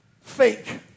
fake